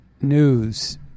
News